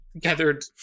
gathered